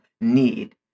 need